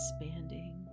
expanding